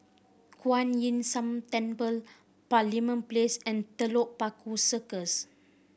Kuan Yin San Temple Parliament Place and Telok Paku Circus